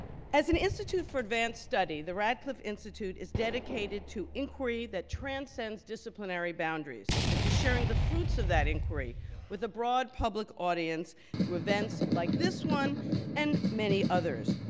as an institute for advanced study, the radcliffe institute is dedicated to inquiry that transcends disciplinary boundaries and to sharing the fruits of that inquiry with a broad public audience through events like this one and many others.